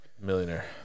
Millionaire